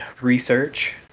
research